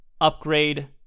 Upgrade